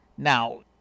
Now